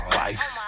life